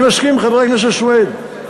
אני מסכים עם חבר הכנסת סוייד.